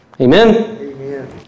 Amen